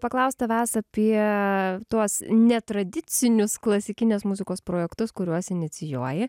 paklaust tavęs apie tuos netradicinius klasikinės muzikos projektus kuriuos inicijuoji